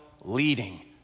leading